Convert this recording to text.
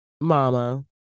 Mama